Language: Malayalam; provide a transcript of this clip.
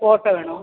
ഫോട്ടോ വേണോ